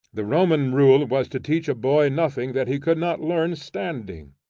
the roman rule was to teach a boy nothing that he could not learn standing.